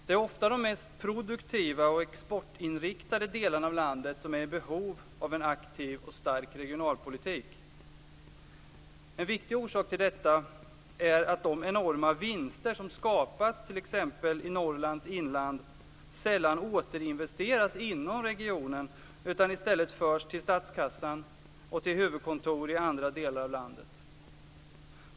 Det är ofta de mest produktiva och exportinriktade delarna av landet som är i behov av en aktiv och stark regionalpolitik. En viktig orsak till detta är att de enorma vinster som skapas i exempelvis Norrlands inland sällan återinvesteras inom regionen utan i stället förs till statskassan och till huvudkontor i andra delar av landet.